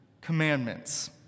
commandments